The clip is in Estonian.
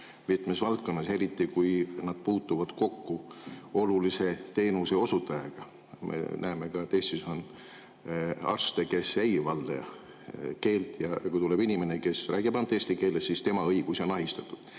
mitmes valdkonnas, eriti kui nad puutuvad kokku olulise teenuse osutajaga. Näeme ka, et Eestis on arste, kes ei valda eesti keelt, ja kui tuleb inimene, kes räägib ainult eesti keeles, siis tema õigusi on ahistatud.